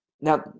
Now